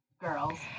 Girls